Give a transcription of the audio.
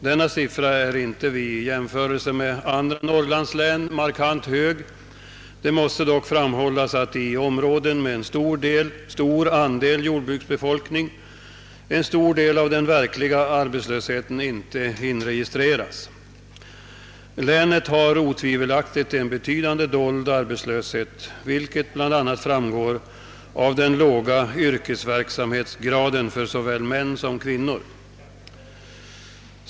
Denna siffra är inte markant hög jämförd med siffrorna för andra norrlandslän. Det måste dock framhållas att i områden där en stor del av befolkningen är jordbrukare inregistreras inte den verkliga arbetslösheten. Länet har otvivelaktigt en betydande dold arbetslöshet, vilket bl.a. framgår av den låga yrkesverksamhetsgraden för såväl män som kvinnor.